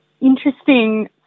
interesting